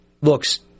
looks